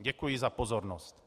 Děkuji za pozornost.